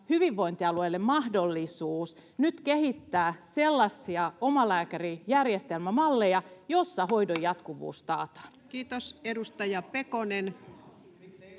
hyvinvointialueille mahdollisuus nyt kehittää sellaisia omalääkärijärjestelmämalleja, joissa hoidon jatkuvuus taataan. [Krista Kiuru: